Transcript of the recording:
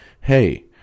hey